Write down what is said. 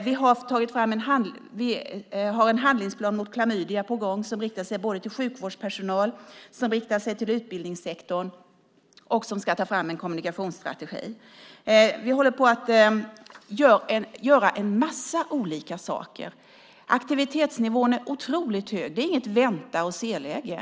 Vi har på gång en handlingsplan mot klamydia som riktar sig till sjukvårdspersonal och utbildningssektorn, och man ska ta fram en kommunikationsstrategi. Vi håller på att göra en massa olika saker. Aktivitetsnivån är otroligt hög. Det är inget vänta-och-se-läge.